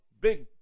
big